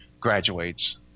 graduates